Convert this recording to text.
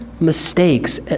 Mistakes